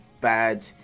bad